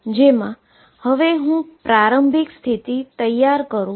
જેમા હવે હું પ્રારંભિક સ્થિતિ તૈયાર કરું છું